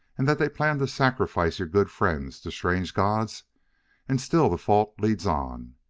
and that they plan to sacrifice your good friends to strange gods and still the fault leads on.